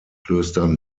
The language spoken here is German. klöstern